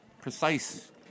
precise